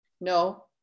No